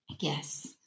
Yes